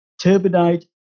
turbidite